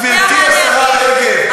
גברתי השרה רגב,